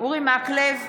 אורי מקלב,